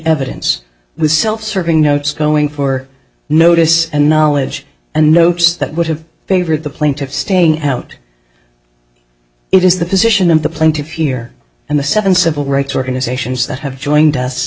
evidence was self serving notes going for notice and knowledge and notes that would have favored the plaintiff staying out it is the position of the plaintiffs here and the seven civil rights organizations that have joined us